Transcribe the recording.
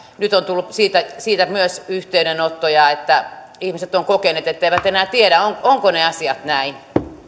nyt on tullut siitä siitä myös yhteydenottoja että ihmiset ovat kokeneet etteivät enää tiedä ovatko ne asiat näin